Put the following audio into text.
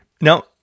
Now